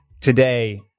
Today